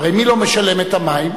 הרי מי לא משלם את המים?